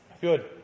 Good